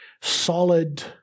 solid